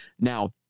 Now